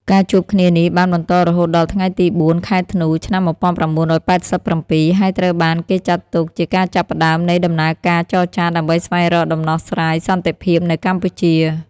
ការជួបគ្នានេះបានបន្តរហូតដល់ថ្ងៃទី ៤ ខែធ្នូ ឆ្នាំ ១៩៨៧ ហើយត្រូវបានគេចាត់ទុកជាការចាប់ផ្តើមនៃដំណើរការចរចាដើម្បីស្វែងរកដំណោះស្រាយសន្តិភាពនៅកម្ពុជា។